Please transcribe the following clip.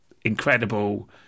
incredible